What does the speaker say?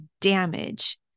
damage